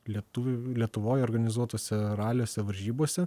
lietuvių lietuvoj organizuotuose raliuose varžybose